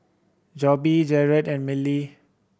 Jobe Jarrad and Miley